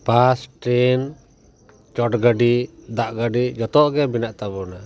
ᱵᱟᱥ train ᱪᱚᱰ ᱜᱟᱹᱰᱤ ᱫᱟᱜ ᱜᱟᱹᱰᱤ ᱡᱚᱛᱚ ᱜᱮ ᱢᱟᱱᱟᱜ ᱛᱟᱵᱚᱱᱟ